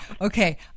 Okay